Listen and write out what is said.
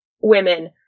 women